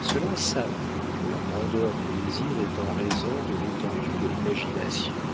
ceux-là savent que la grandeur des désirs est en raison de l'étendue de l'imagination